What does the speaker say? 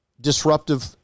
disruptive